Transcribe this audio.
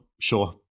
sure